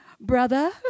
Brother